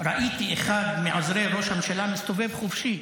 ראיתי אחד מעוזרי ראש הממשלה מסתובב חופשי.